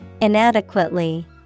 inadequately